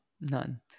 None